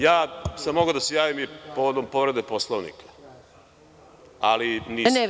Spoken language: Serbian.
Ja sam mogao da se javim i povodom povrede Poslovnika, ali nisam.